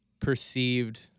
perceived